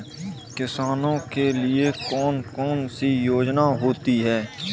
किसानों के लिए कौन कौन सी योजनायें होती हैं?